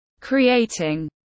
Creating